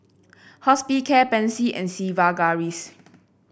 Hospicare Pansy and Sigvaris